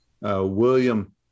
William